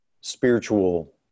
spiritual